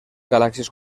galàxies